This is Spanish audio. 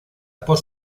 por